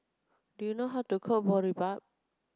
do you know how to cook Boribap